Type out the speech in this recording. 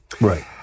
Right